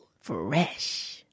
Fresh